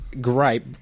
gripe